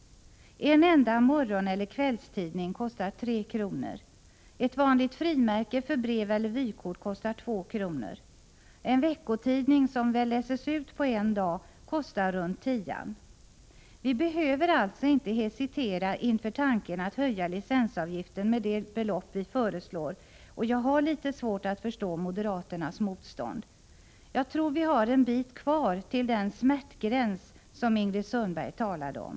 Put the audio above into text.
En enda morgoneller kvällstidning kostar 3:00 kr. Ett vanligt frimärke för brev eller vykort kostar 2:00 kr. En veckotidning— som väl läses ut på en dag — kostar runt tian. Vi behöver alltså inte hesitera inför tanken att höja licensavgiften med det belopp vi föreslår, och jag har litet svårt att förstå moderaternas motstånd. Jag tror att vi har en bit kvar till den smärtgräns som Ingrid Sundberg talade om.